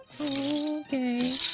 Okay